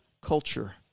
culture